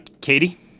Katie